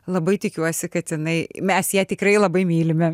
labai tikiuosi kad jinai mes ją tikrai labai mylime